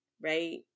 right